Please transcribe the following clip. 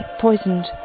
poisoned